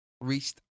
reached